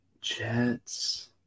Jets